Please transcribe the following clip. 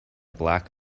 black